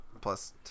plus